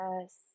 Yes